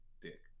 dick